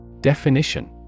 Definition